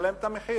ישלם את המחיר.